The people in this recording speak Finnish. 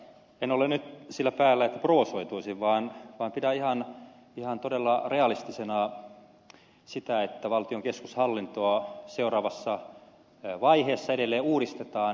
en ole nyt sillä päällä että provosoituisin vaan pidän ihan todella realistisena sitä että valtion keskushallintoa seuraavassa vaiheessa edelleen uudistetaan